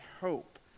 hope